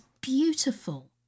beautiful